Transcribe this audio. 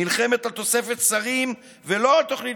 היא נלחמת על תוספת שרים ולא על תוכנית